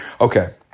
Okay